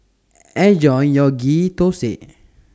Enjoy your Ghee Thosai